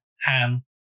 Han